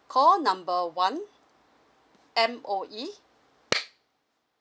call number one M_O_E